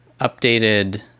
updated